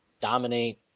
dominate